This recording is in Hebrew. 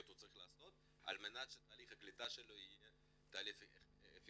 הוא צריך לעשות על מנת שתהליך הקליטה שלו יהיה תהליך אפקטיבי.